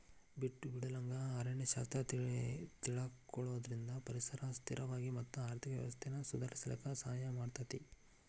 ಬಿಟ್ಟು ಬಿಡಲಂಗ ಅರಣ್ಯ ಶಾಸ್ತ್ರ ತಿಳಕೊಳುದ್ರಿಂದ ಪರಿಸರನ ಸ್ಥಿರವಾಗಿ ಮತ್ತ ಆರ್ಥಿಕ ವ್ಯವಸ್ಥೆನ ಸುಧಾರಿಸಲಿಕ ಸಹಾಯ ಮಾಡತೇತಿ